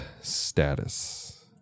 status